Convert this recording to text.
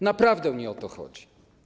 Naprawdę nie o to chodzi.